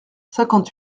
cinquante